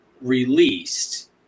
released